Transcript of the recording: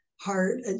heart